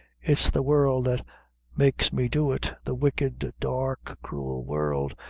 it's the world that makes me do it the wicked, dark, cruel world,